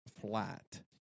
flat